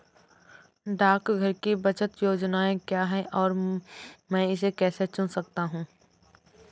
डाकघर की बचत योजनाएँ क्या हैं और मैं इसे कैसे चुन सकता हूँ?